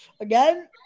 Again